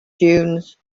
dunes